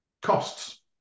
costs